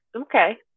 okay